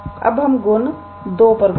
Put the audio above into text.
अब हम गुण 2 पर गौर करेंगे